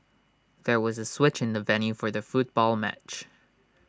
there was A switch in the venue for the football match